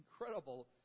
incredible